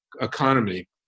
economy